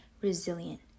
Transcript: resilient